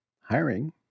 hiring